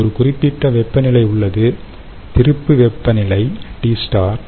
ஒரு குறிப்பிட்ட வெப்பநிலை உள்ளது திருப்பு வெப்பநிலை T